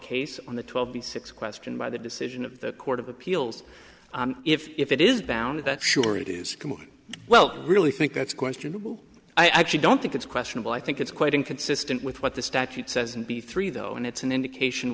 case on the twelve b six question by the decision of the court of appeals if it is bound that sure it is well really think that's questionable i actually don't think it's questionable i think it's quite inconsistent with what the statute says and be three though and it's an indication